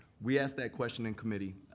we asked that question in committee,